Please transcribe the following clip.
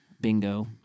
Bingo